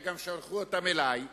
וגם שלחו אותם אלי,